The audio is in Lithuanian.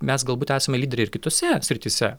mes galbūt esame lyderiai ir kitose srityse